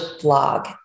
blog